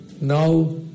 Now